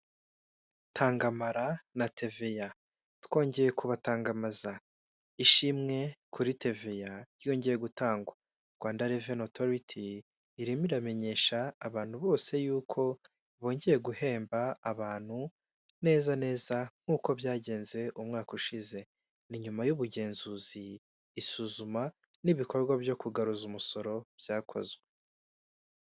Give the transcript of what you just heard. Tangamarara na teveya twongeye kubatangamaza ishimwe kuri teveya yongeye gutangwa Rwanda reveniyu otoriti irimo iramenyesha abantu bose yuko bongeye guhemba abantu neza neza nk'uko byagenze umwaka ushize ni nyuma y'ubugenzuzi isuzuma n'ibikorwa byo kugaruza umusoro byakozwe.